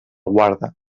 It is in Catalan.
guarda